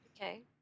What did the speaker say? Okay